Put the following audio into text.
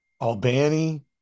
Albany